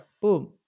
Boom